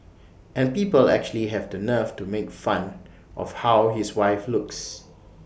and people actually have the nerve to make fun of how his wife looks